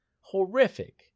Horrific